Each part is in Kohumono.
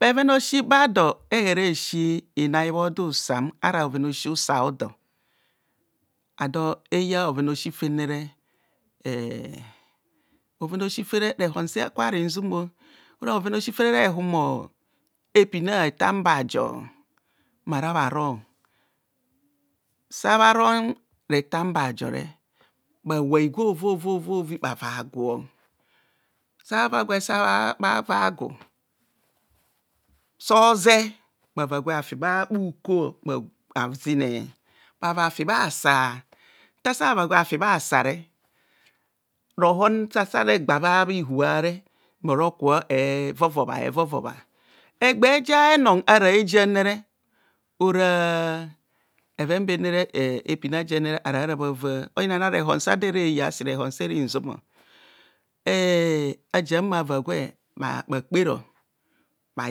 Bheven a'osi bado ehere esi inai bha odo usa ara bhoven a'osi usa odo a do eya bhoven a'osi fene eh bhoven a'osi fere humo epina retor ambajo mmahara bha ro, sa bha ro retor am bajore bha wai gwe ovovovu bha vagu sabha va gwe ava bhagu so zeh bhava gwa bha fi bha uko bhagwa bhazine bhava fi bha kwa rohon sa sahara bhagba bha ihua re mmore kubho evovobha evovobha egbe ja henon ara hejiane ora epina jene arara bha va oyinayina rehon sado ere yar asi rehonse rinzumo bhajian bhava gwe bha kpero bha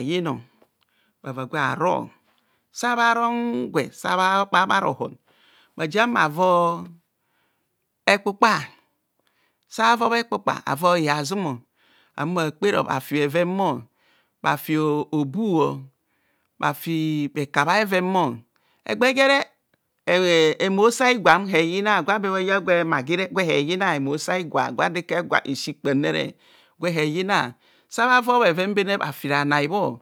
yino bhaua gwe bharo sabha ron gwe sabha bhai gwe bha ronon bha jian bhavo hekpukpa, sabha vo hekpukpa bhavo bhihazum ahumo bhakper bhafi bhevenmor bhaci obu, bhafi bhekabhe a'ven mor egba jere em emose a'dnigwam eyina gwa be bha ya gwe magire gwa do eke si kpamne emose a'higwa egba jere gwe eyina